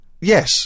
Yes